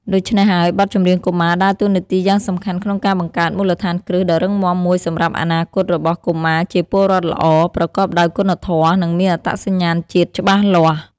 ដូច្នេះហើយ បទចម្រៀងកុមារដើរតួនាទីយ៉ាងសំខាន់ក្នុងការបង្កើតមូលដ្ឋានគ្រឹះដ៏រឹងមាំមួយសម្រាប់អនាគតរបស់កុមារជាពលរដ្ឋល្អ ប្រកបដោយគុណធម៌ និងមានអត្តសញ្ញាណជាតិច្បាស់លាស់។